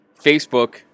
Facebook